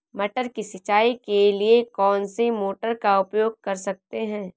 मटर की सिंचाई के लिए कौन सी मोटर का उपयोग कर सकते हैं?